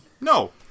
no